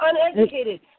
uneducated